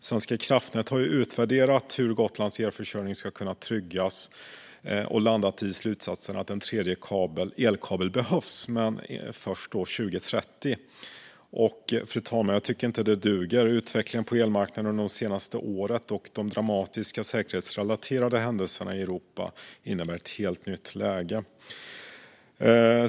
Svenska kraftnät har utvärderat hur Gotlands elförsörjning ska kunna tryggas och har landat i slutsatsen att en tredje elkabel behövs, men först 2030. Fru talman! Det duger inte. Utvecklingen på elmarknaden under det senaste året och de dramatiska säkerhetsrelaterade händelserna i Europa innebär att det är ett helt nytt läge.